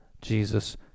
Jesus